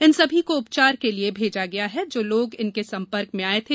इन सभी को उपचार के लिए भेजा गया है जो लोग इनके संपर्क में आये थे